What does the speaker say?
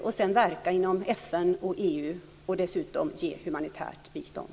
Vi kan verka inom FN och EU och dessutom ge humanitärt bistånd.